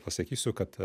pasakysiu kad